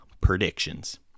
predictions